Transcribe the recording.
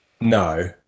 No